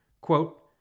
Quote